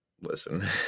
listen